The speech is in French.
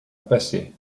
passer